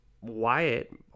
Wyatt